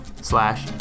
slash